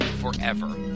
forever